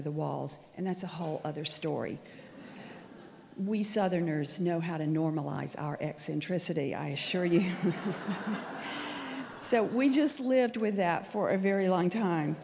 of the walls and that's a whole other story we southerners know how to normalize our eccentricity i assure you so we just lived with that for a very long time